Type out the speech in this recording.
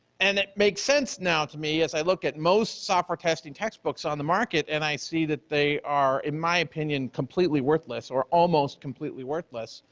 and it makes sense now to me as i look at most software testing textbooks on the market and i see that they are, in my opinion, completely worthless or almost completely worthless.